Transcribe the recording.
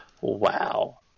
wow